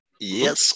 Yes